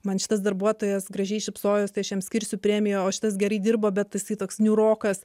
man šitas darbuotojas gražiai šypsojos tai aš jam skirsiu premiją o šitas gerai dirbo bet jisai toks niūrokas